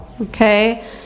Okay